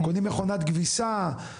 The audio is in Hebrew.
קונים מכונת כביסה,